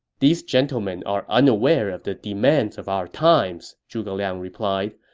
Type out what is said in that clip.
these gentlemen are unaware of the demands of our times, zhuge liang replied,